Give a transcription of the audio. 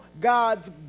God's